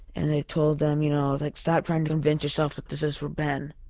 and i told them you know like stop trying to convince yourselves that this is for ben.